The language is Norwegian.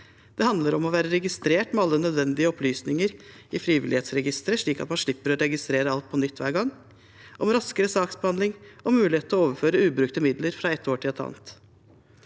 Det handler om å være registrert med alle nødvendige opplysninger i Frivillighetsregisteret, slik at man slipper å registrere alt på nytt hver gang, om raskere saksbehandling, om mulighet til å overføre ubrukte midler fra ett år til et annet,